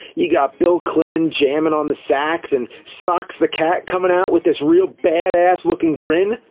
you got bill clinton jammin' on the sax, and socks the cat comin' out with this real badass-lookin' grin!